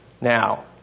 now